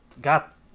got